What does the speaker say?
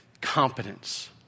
competence